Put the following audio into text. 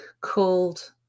called